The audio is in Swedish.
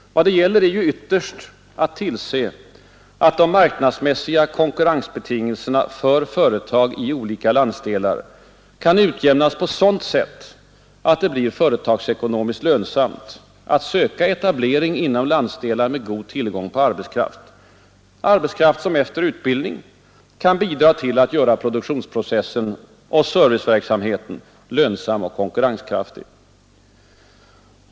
Vad det gäller är ytterst att tillse att de marknadsmässiga konkurrensbetingelserna för företag i olika landsdelar kan utjämnas så, att det blir företagsekonomiskt lönsamt att söka etablering inom landsdelar med god tillgång på arbetskraft, arbetskraft som efter utbildning kan bidra till att göra produktionsprocessen och serviceverksamheten lönsam och konkurrenskraftig.